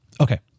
Okay